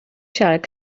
siarad